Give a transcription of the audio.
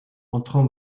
entrant